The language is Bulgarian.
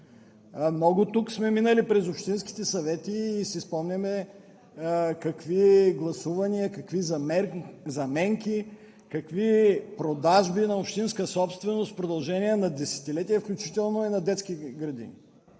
Много тук сме минали през общинските съвети и си спомняме какви гласувания, какви заменки, какви продажби на общинска собственост в продължение на десетилетия, включително и на детски градини,